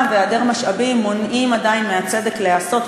והיעדר משאבים מונעות עדיין מהצדק להיעשות,